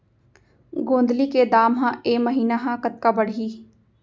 गोंदली के दाम ह ऐ महीना ह कतका बढ़ही?